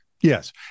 Yes